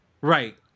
Right